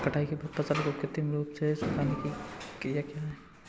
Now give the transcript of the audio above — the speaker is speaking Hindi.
कटाई के बाद फसल को कृत्रिम रूप से सुखाने की क्रिया क्या है?